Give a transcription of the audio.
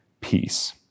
peace